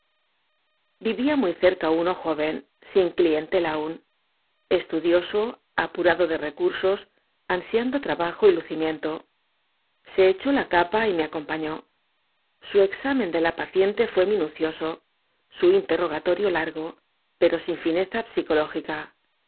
vivía muy cerca uno joven sin clientela aún estudioso apurado de recursos ansiando trabajo y lucimiento se echó la capa y me acompañó su examen de la paciente fué minucioso su interrogatorio largo pero sin fineza psicológica